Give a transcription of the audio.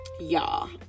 y'all